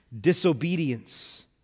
disobedience